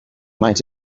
might